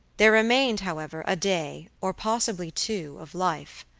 there remained, however, a day, or possibly two, of life.